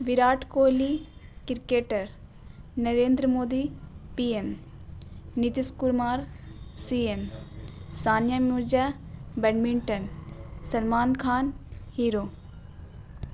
Virat Kohli cricketer Narendra Modi P M Nitish Kumar C M Sania Mirza badminton Salman Khan hero